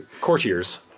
courtiers